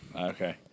Okay